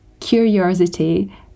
Curiosity